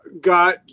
Got